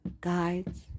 guides